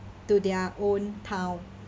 to their own town